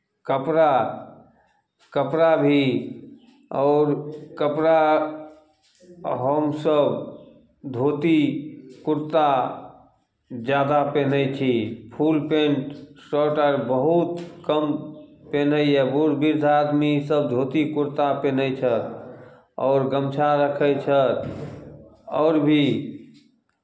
कपड़ा कपड़ा भी आओर कपड़ा हमसभ धोती कुर्ता जादा पेन्है छी फुल पेंट शर्ट आर बहुत कम पेन्हैए बूढ़ वृद्ध आदमीसभ धोती कुर्ता पेन्है छथि आओर गमछा रखै छथि आओर भी